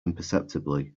imperceptibly